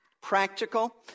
practical